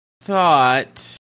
thought